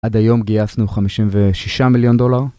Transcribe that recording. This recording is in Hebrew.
עד היום גייסנו 56 מיליון דולר.